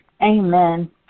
Amen